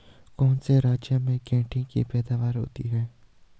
कौन से राज्य में गेंठी की पैदावार होती है?